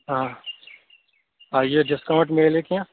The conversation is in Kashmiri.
آ یہِ ڈِسکاوںٛٹ مِلہ کیٚںٛہہ